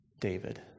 David